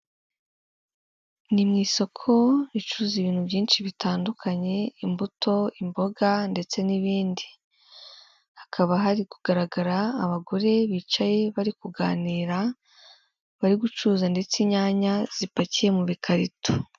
Ni mu isoko ricuruza ibintu byinshi bitandukanye, imbuto, imboga ndetse n'ibindi, hakaba hari kugaragara abagore bicaye bari kuganira, bari gucuruza ndetse inyanya zipakiye mu bikarito.